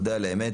נודה על האמת,